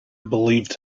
believed